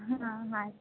हां हां